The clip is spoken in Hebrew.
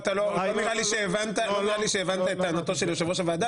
לי שהבנת את טענתו של יושב-ראש הוועדה.